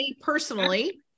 personally